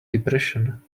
depression